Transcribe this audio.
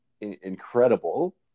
incredible